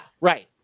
right